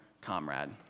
comrade